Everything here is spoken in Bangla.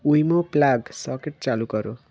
উইমো প্লাগ সকেট চালু কর